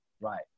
Right